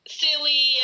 silly